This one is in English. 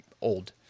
old